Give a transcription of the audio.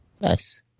Nice